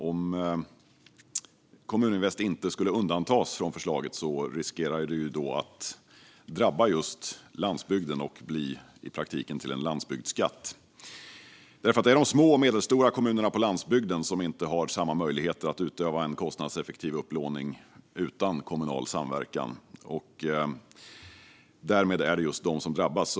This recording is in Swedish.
Om Kommuninvest inte undantas från förslaget riskerar detta att drabba landsbygden, och det blir i praktiken till en landsbygdsskatt. Det är de små och medelstora kommunerna på landsbygden som inte har samma möjligheter att utöva en kostnadseffektiv upplåning utan kommunal samverkan, och därmed är det just de som drabbas.